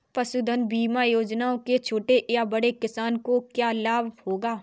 पशुधन बीमा योजना से छोटे या बड़े किसानों को क्या लाभ होगा?